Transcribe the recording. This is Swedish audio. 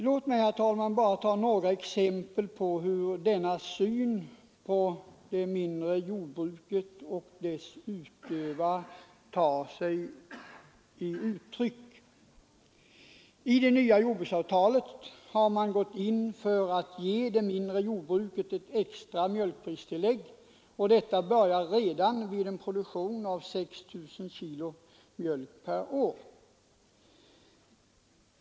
Låt mig här ta några exempel på vilka uttryck denna syn på det mindre jordbruket och dess utövare tar sig. I det nya jordbruksavtalet har man gått in för att ge det mindre jordbruket ett extra mjölkpristillägg, som börjar utgå redan vid en produktion av 6 000 kg mjölk per år.